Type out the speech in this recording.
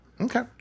Okay